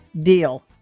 Deal